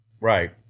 Right